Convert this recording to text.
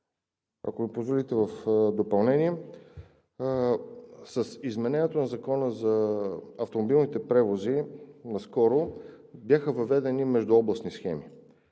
Ако ми позволите в допълнение, с изменението на Закона за автомобилните превози наскоро бяха въведени междуобластни схеми.